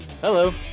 hello